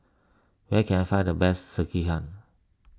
where can I find the best Sekihan